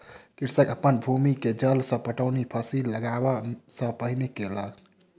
कृषक अपन भूमि के जल सॅ पटौनी फसिल लगबअ सॅ पहिने केलक